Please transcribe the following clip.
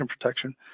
protection